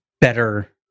better